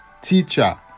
teacher